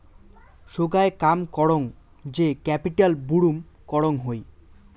সোগায় কাম করং যে ক্যাপিটাল বুরুম করং হই